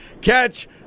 Catch